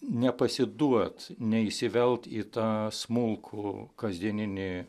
nepasiduot neįsivelt į tą smulkų kasdieninį